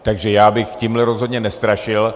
Takže já bych tímhle rozhodně nestrašil.